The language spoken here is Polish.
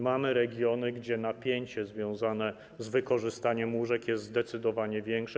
Mamy regiony, gdzie napięcie związane z wykorzystaniem łóżek jest zdecydowanie większe.